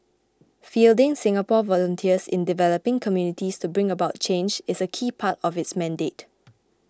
fielding Singapore volunteers in developing communities to bring about change is a key part of its mandate